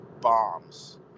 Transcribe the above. bombs